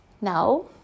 Now